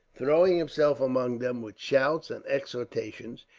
throwing himself among them, with shouts and exhortations,